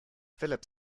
philip